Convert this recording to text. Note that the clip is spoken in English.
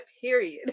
period